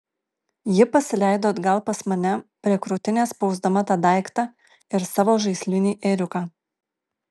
ji pasileido atgal pas mane prie krūtinės spausdama tą daiktą ir savo žaislinį ėriuką